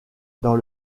dans